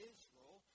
Israel